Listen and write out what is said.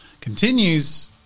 continues